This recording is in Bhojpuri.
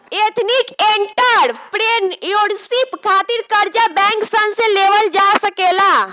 एथनिक एंटरप्रेन्योरशिप खातिर कर्जा बैंक सन से लेवल जा सकेला